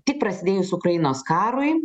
tik prasidėjus ukrainos karui